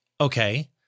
Okay